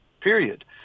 period